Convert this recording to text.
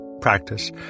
practice